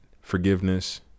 forgiveness